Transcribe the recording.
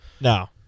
No